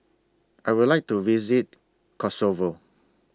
I Would like to visit Kosovo